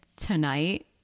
tonight